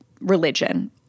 religion